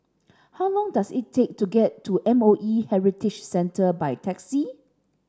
how long does it take to get to M O E Heritage Centre by taxi